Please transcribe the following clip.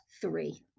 three